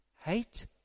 Hate